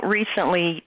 recently